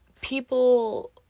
people